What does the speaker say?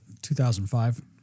2005